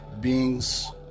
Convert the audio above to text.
beings